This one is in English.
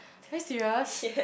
are you serious